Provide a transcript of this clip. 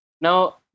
Now